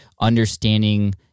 understanding